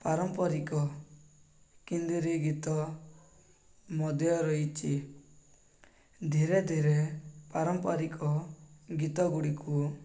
ପାରମ୍ପରିକ କିନ୍ଦିରି ଗୀତ ମଧ୍ୟ ରହିଛି ଧୀରେ ଧୀରେ ପାରମ୍ପରିକ ଗୀତ ଗୁଡ଼ିକୁ